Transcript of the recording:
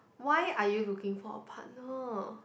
why are you looking for a partner